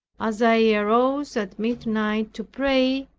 as i arose at midnight to pray,